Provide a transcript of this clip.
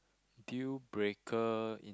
deal breaker